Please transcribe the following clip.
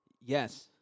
Yes